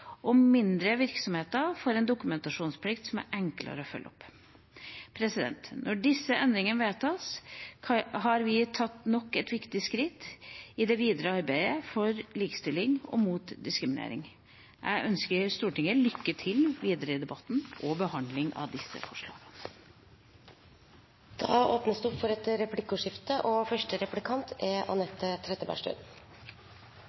og mindre virksomheter får en dokumentasjonsplikt som er enklere å følge opp. Når disse endringene vedtas, har vi tatt nok et viktig skritt i det videre arbeidet for likestilling og mot diskriminering. Jeg ønsker Stortinget lykke til videre i debatten og i behandlingen av disse forslagene. Det blir replikkordskifte. Vi vet at en av hovedutfordringene i arbeidslivet er tilgangen på arbeidskraft i et